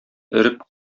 өреп